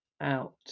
out